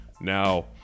Now